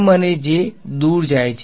M અને J દૂર જાય છે